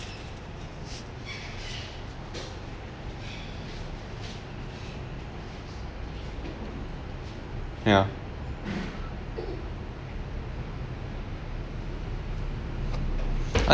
ya I